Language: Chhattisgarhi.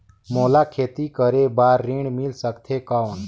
मोला खेती करे बार ऋण मिल सकथे कौन?